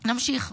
נמשיך.